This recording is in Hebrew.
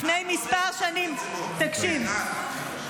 לפני כמה שנים, את בוזזת כספי ציבור, כן, את.